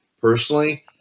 personally